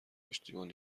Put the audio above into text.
پشتیبان